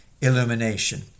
illumination